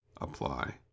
apply